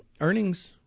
Earnings